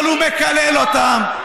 אבל הוא מקלל אותם,